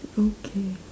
okay